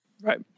Right